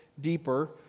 deeper